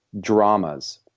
dramas